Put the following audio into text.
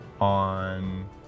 on